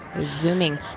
zooming